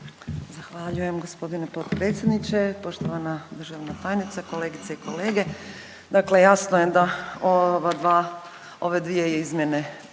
Zahvaljujem gospodine potpredsjedniče, poštovana državna tajnice, kolegice i kolege. Dakle, jasno je da ove dvije izmjene,